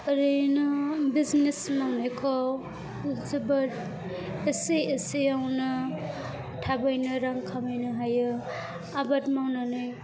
ओरैनो बिजनेस मावनायखौ जोबोद एसे एसेयावनो थाबैनो रां खामायनो हायो आबाद मावनानै